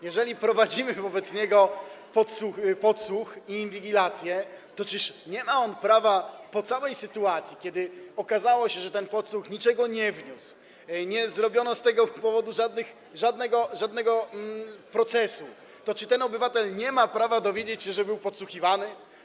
Jeżeli prowadzimy wobec niego podsłuch i inwigilację, to czyż nie ma on prawa po całej sytuacji, kiedy okazało się, że ten podsłuch niczego nie wniósł, nie było z tego powodu żadnego procesu, czy ten obywatel nie ma prawa dowiedzieć się, że był podsłuchiwany?